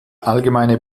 allgemeine